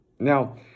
Now